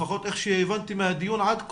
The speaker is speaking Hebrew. לפחות איך שהבנתי מהדיון עד כה,